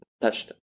touched